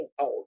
out